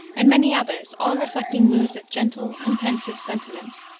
and many others, all reflecting moods of gentle and pensive sentiment,